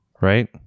right